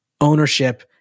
ownership